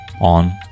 on